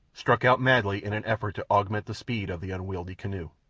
struck out madly in an effort to augment the speed of the unwieldy canoe.